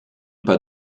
pas